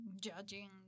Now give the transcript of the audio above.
judging